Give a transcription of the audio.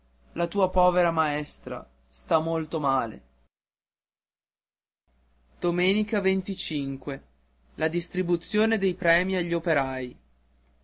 la tua povera maestra sta molto male la distribuzione dei premi agli operai